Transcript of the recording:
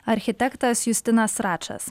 architektas justinas račas